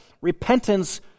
Repentance